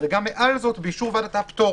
מדרגה מעל באישור ועדת הפטור.